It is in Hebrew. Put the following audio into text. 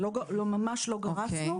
לא, ממש לא גרסנו.